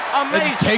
amazing